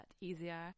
easier